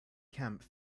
camp